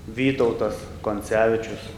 vytautas koncevičius